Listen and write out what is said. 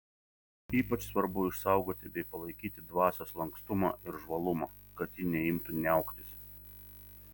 ypač svarbu išsaugoti bei palaikyti dvasios lankstumą ir žvalumą kad ji neimtų niauktis